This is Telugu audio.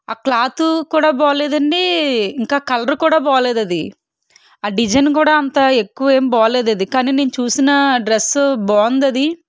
ఆ క్లాతు కూడా బాగాలేదండి ఇంకా కలర్ కూడా బాగాలేదది ఆ డిజైన్ కూడా అంత ఎక్కువేం బాగాలేదది కానీ నేను చూసిన డ్రస్సు బాగుందది